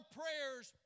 prayers